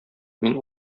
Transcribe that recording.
мин